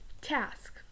task